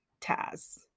Taz